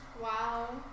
Wow